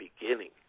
beginning